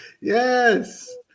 Yes